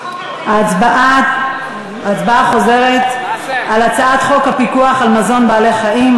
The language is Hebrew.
הצבעה חוזרת על הצעת חוק הפיקוח על מזון לבעלי-חיים,